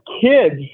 kids